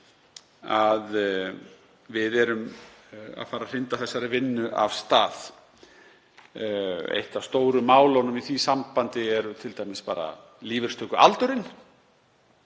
að við erum að fara að hrinda þessari vinnu af stað. Eitt af stóru málunum í því sambandi er t.d. bara lífeyristökualdurinn: